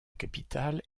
capitale